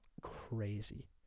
crazy